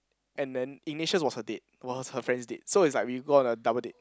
and then Ignatius was her date was her friend's date so is like we go on a double date